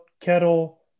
Kettle